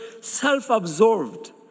self-absorbed